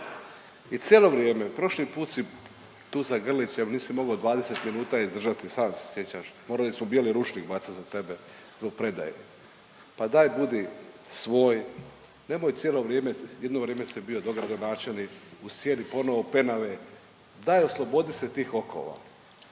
I cijelo vrijeme, prošli put si tu sa Grlićem, nisi mogao 20 minuta izdržati sam se sjećaš, morali smo bijeli ručnik bacat za sebe zbog predaje. Pa daj budi svoj, nemoj cijelo vrijeme. Jedno vrijeme si bio dogradonačelnik u sjeni ponovno Penave, daj oslobodi se tih okova.